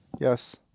Yes